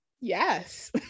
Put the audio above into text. Yes